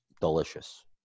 delicious